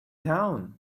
town